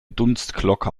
dunstglocke